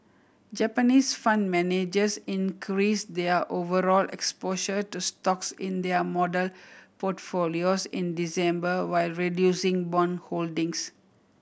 Japanese fund managers increased their overall exposure to stocks in their model portfolios in December while reducing bond holdings